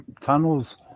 tunnels